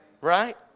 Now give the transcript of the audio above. right